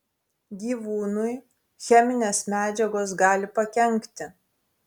gyvūnui cheminės medžiagos gali pakenkti